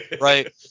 Right